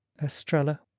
estrella